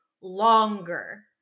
longer